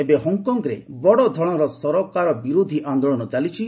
ଏବେ ହଙ୍ଗ୍କଙ୍ଗ୍ରେ ବଡ଼ ଧରଣର ସରକାର ବିରୋଧୀ ଆନ୍ଦୋଳନ ଚାଲିଛି